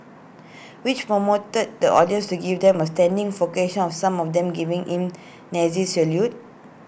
which promoted the audience to give them A standing of some of them giving in Nazi salute